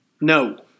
No